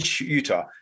Utah